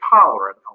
tolerant